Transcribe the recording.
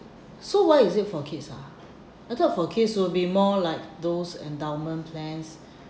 so why is it for kids ah I thought for kids will be more like those endowment plans